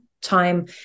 time